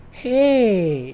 hey